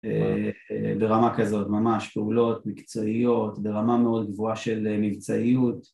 ברמה כזאת, ממש, פעולות מקצועיות ברמה מאוד גבוהה של מבצעיות